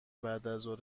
بعدازظهر